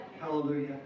Hallelujah